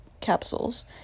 capsules